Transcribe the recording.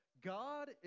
God